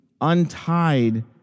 untied